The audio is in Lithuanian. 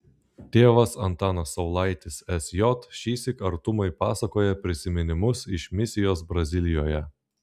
tėvas antanas saulaitis sj šįsyk artumai pasakoja prisiminimus iš misijos brazilijoje